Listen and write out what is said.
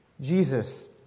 Jesus